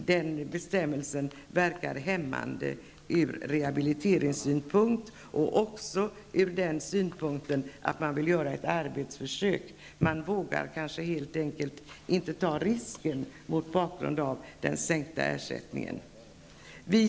Den bestämmelsen var hämmande ur rehabiliteringssynpunkt och också med tanke på viljan att göra ett arbetsförsök. Man vågar kanske helt enkelt inte ta risken mot bakgrund av den sänkta ersättningen.